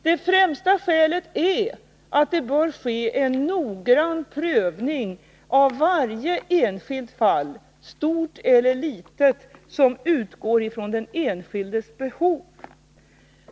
Det främsta skälet är att det bör ske en noggrann prövning, som utgår från den enskildes behov, av varje enskilt fall, stort eller litet.